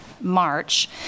March